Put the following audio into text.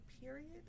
period